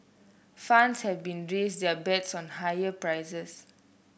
funds have been raised their bets on higher prices